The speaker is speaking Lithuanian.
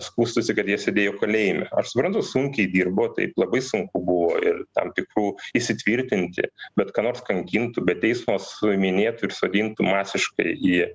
skųstųsi kad jie sėdėjo kalėjime aš suprantu sunkiai dirbo taip labai sunku buvo ir tam tikrų įsitvirtinti bet ką nors kankintų be teismo suiminėtų ir sodintų masiškai į